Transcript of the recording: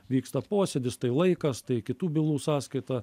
vyksta posėdis tai laikas tai kitų bylų sąskaita